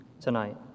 tonight